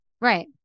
Right